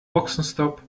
boxenstopp